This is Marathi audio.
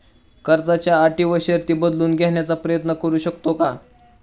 कर्जाच्या अटी व शर्ती बदलून घेण्याचा प्रयत्न करू शकतो का?